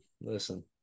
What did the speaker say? listen